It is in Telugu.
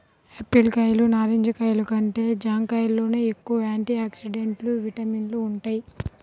యాపిల్ కాయలు, నారింజ కాయలు కంటే జాంకాయల్లోనే ఎక్కువ యాంటీ ఆక్సిడెంట్లు, విటమిన్లు వుంటయ్